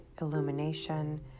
illumination